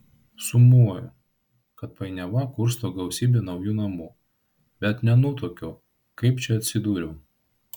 sumoju kad painiavą kursto gausybė naujų namų bet nenutuokiu kaip čia atsidūriau